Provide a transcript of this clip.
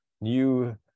new